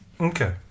Okay